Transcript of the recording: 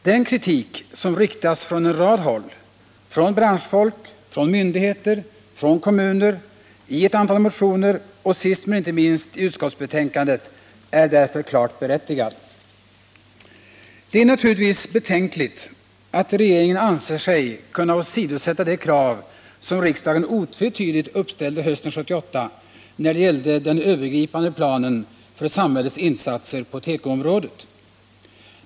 Den kritik som riktas från en rad håll — från branschfolk, från myndigheter, från kommuner, i ett antal motioner och sist men inte minst i utskottsbetänkandet — är därför klart berättigad. Det är naturligtvis betänkligt att regeringen anser sig kunna åsidosätta de krav som riksdagen otvetydigt uppställde hösten 1978 när det gällde den övergripande planen för samhällets insatser på tekoområdet.